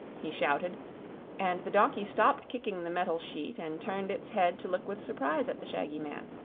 he shouted and the donkey stopped kicking the metal sheet and turned its head to look with surprise at the shaggy man.